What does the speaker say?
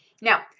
now